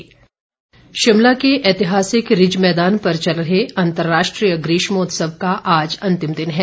ग्रीष्मोत्सव शिमला के ऐतिहासिक रिज मैदान पर चल रहे अंतरराष्ट्रीय ग्रीष्मोत्सव का आज अंतिम दिन है